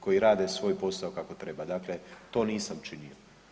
Koji rade svoj posao kako treba, dakle to nisam činio.